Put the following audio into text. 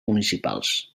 municipals